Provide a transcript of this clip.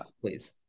please